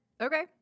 Okay